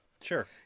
Sure